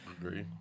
Agree